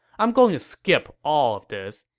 i'm going to skip all of this,